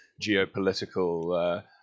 geopolitical